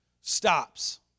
stops